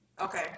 Okay